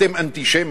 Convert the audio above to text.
אתם אנטישמים,